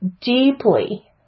deeply